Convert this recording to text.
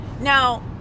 Now